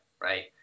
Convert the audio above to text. right